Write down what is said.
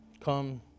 come